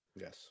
yes